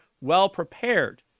well-prepared